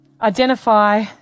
identify